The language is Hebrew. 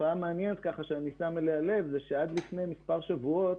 תופעה מעניינת שאני שם לב אליה היא שעד לפני מספר שבועות